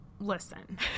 listen